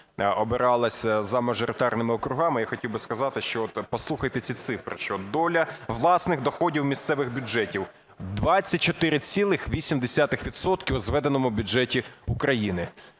обиралася за мажоритарними округами. Я хотів би сказати, що послухайте ці цифри, що доля власних доходів місцевих бюджетів 24,8 відсотка у зведеному бюджеті України.